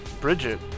Bridget